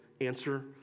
answer